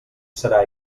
serà